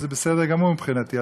וזה בסדר גמור מבחינתי,